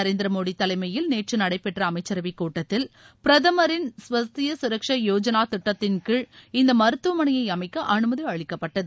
நரேந்திர மோடி தலைமையில் நேற்று நடைபெற்ற அமைச்சரவைக் கூட்டத்தில் பிரதமரின் ஸ்வஸ்திய கரக்ஷா யோஜனா திட்டத்தின் கீழ் இந்த மருத்துவமனையை அமைக்க அனுமதி அளிக்கப்பட்டது